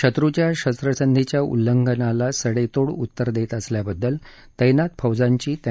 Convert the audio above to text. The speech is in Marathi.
शत्रुच्या शस्त्रसंधीच्या उल्लंघनाला सडेतोड उत्तर देत असल्याबद्दल तैनात फौजांची त्यांनी प्रशंसा केली